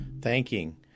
thanking